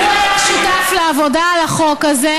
הוא היה שותף לעבודה על החוק הזה,